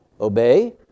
Obey